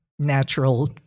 natural